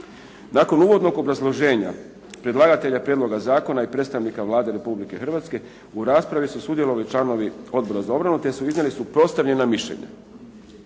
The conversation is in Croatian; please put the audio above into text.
Nakon uvodnog obrazloženja predlagatelja prijedloga zakona i predstavnika Vlade Republike Hrvatske u raspravi su sudjelovali članovi Odbora za obranu te su iznijeli suprotstavljena mišljenja.